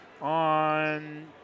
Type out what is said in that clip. on